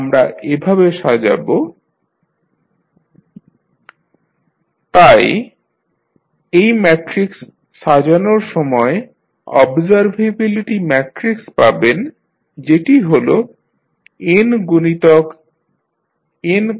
আমরা এভাবে সাজাব VC CA CA2 CAn 1 তাই এই ম্যাট্রিক্স সাজানোর সময় অবজারভেবিলিটি ম্যাট্রিক্স পাবেন যেটি হল n গুণিতক n×np